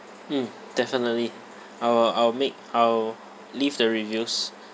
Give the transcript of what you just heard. mm definitely I will I will make I will leave the reviews